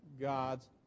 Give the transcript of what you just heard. God's